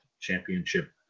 Championship